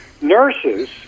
nurses